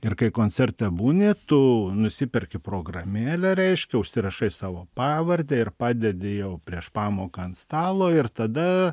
ir kai koncerte būni tu nusiperki programėlę reiškia užsirašai savo pavardę ir padedi jau prieš pamoką ant stalo ir tada